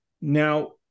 Now